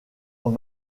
aux